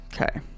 Okay